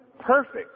perfect